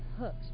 Hooks